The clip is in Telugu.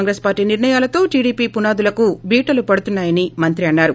కాంగ్రెస్ పార్లీ నిర్ణయాలతో టిడిపి పునాదులకు బీటలు పడుతున్నాయని మంత్రి అన్నారు